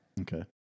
Okay